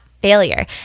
failure